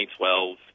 2012